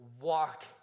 walk